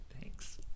thanks